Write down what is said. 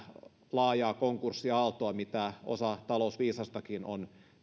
laajaa konkurssiaaltoa mitä osa talousviisaistakin on